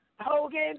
Hogan